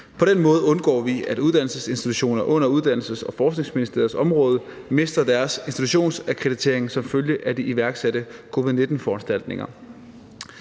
På den måde undgår vi, at uddannelsesinstitutioner på Uddannelses- og Forskningsministeriets område mister deres institutionsakkreditering som følge af de iværksatte covid-19-foranstaltninger.